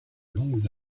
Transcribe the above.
longues